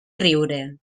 riure